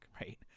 right